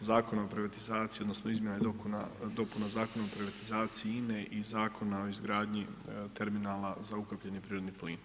Zakona o privatizaciji, odnosno izmjena i dopuna, dopuna Zakona o privatizaciji INA-e i Zakona o izgradnji Terminala za ukapljeni prirodni plin.